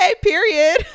period